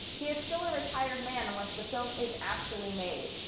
he is still a retired man unless the film is actually made.